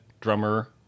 drummer